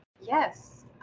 Yes